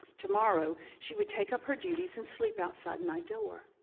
tomorrow, she would take up her duties and sleep outside my door.